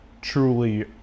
truly